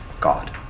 God